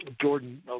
Jordan